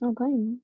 okay